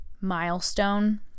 milestone